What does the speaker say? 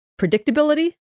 predictability